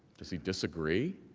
does he disagree?